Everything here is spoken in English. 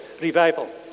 revival